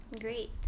Great